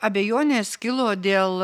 abejonės kilo dėl